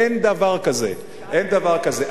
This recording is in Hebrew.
אין דבר כזה, אין דבר כזה.